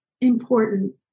important